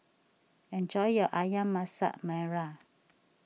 enjoy your Ayam Masak Merah